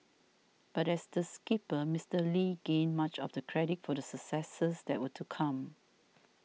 but as the skipper Mister Lee gained much of the credit for the successes that were to come